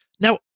Now